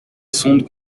sonde